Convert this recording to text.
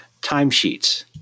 Timesheets